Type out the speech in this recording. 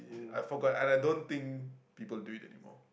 I forgot and I don't think people do it anymore